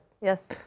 yes